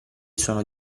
sono